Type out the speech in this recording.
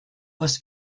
was